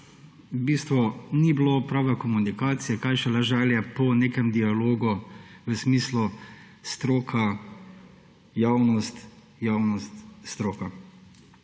v bistvu ni bilo prave komunikacije, kaj šele želje po nekem dialogu v smislu stroka − javnost, javnost − stroka.